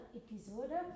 episode